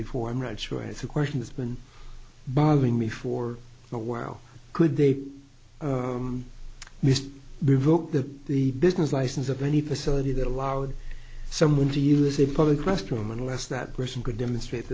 before i'm not sure that's a question that's been bothering me for a while could they missed revoke the the business license of any facility that allowed someone to use a public restroom unless that person could demonstrate